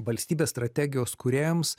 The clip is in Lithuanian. valstybės strategijos kūrėjams